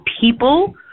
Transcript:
people